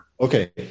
okay